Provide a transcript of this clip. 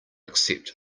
accept